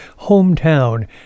Hometown